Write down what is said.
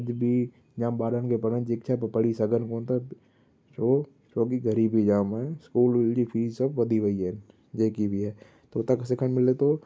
अॼ बि जाम ॿारनि खे पढ़ण जी इच्छा आहे त पढ़ी सघनि कोन था छो छोकी ग़रीबी जाम आहे स्कूल अहिड़ी फीस सभु वधी वई आहे जेकी बि आहे त हुतां खां सिखण मिले थो